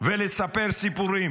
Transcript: ולספר סיפורים,